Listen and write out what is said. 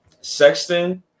Sexton –